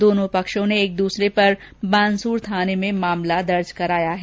दोनों पक्षों ने एक दूसरे पर बानसूर थाने में मामला दर्ज कराया है